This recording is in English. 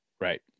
Right